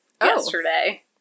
yesterday